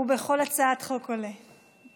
הוא בכל הצעת חוק עולה.